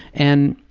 and